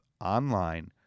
online